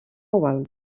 oval